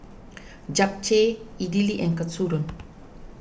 Japchae Idili and Katsudon